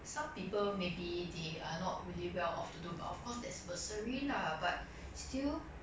some people they are not really well off to do but of course there's bursary lah but still